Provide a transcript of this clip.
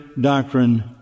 doctrine